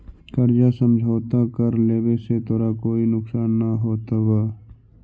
कर्जा समझौता कर लेवे से तोरा कोई नुकसान न होतवऽ